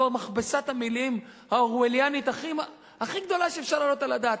זו מכבסת המלים האורווליאנית הכי גדולה שאפשר להעלות על הדעת.